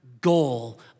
goal